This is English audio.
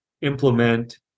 implement